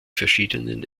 verschiedenen